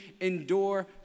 endure